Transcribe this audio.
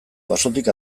basotik